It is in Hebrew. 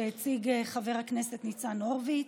שהציג חבר הכנסת ניצן הורוביץ,